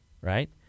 right